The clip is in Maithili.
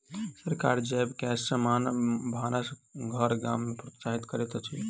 सरकार जैव गैस सॅ भानस घर गाम में प्रोत्साहित करैत अछि